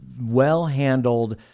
well-handled